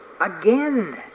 again